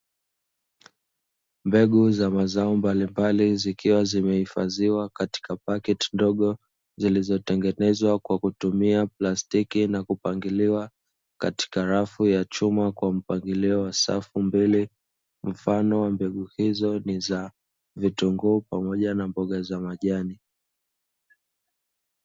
Mbegu za mazao mbalimbali zikiwa zimehifadhiwa katika paketi ndogo zilizotengenezwa kwa kutumia plastiki na kupangiliwa katika rafu ya chuma kwa mpangilio wa safu mbili. Mfano wa mbegu hizo ni za vitunguu pamoja na mboga za majani.